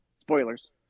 spoilers